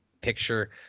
Picture